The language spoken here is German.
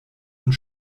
und